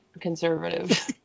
conservative